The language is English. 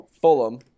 Fulham